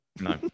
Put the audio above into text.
no